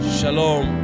Shalom